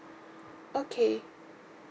okay